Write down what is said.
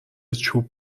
چوب